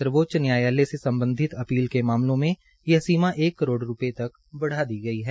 सर्वोच्च न्यायालय से सम्बधित अपील के मामलों में यह सीमा एक करोड़ रूपये तक बढ़ा दी गई है